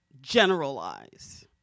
generalize